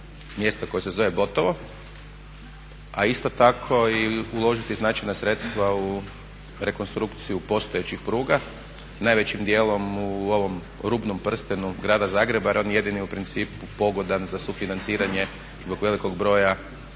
koje se zove Botovo, a isto tako i uložiti značajna sredstva u rekonstrukciju postojećih pruga najvećim dijelom u ovom rubnom prstenu grada Zagreba jer je on jedini u principu pogodan za sufinanciranje i zbog velikog broja